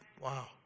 Wow